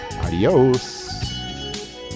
adios